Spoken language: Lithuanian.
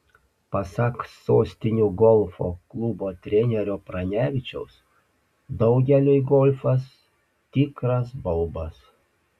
pasak sostinių golfo klubo trenerio pranevičiaus daugeliui golfas tikras baubas